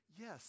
Yes